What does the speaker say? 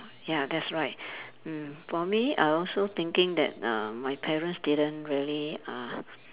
ya that's right mm for me I also thinking that uh my parents didn't really uh